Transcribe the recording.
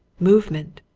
movement.